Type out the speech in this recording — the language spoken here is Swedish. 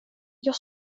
jag